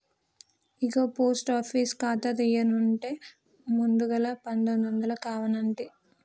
ఇగో post office ఖాతా తీయన్నంటే ముందుగల పదొందలు కావనంటి